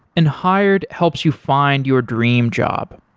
and hired helps you find your dream job.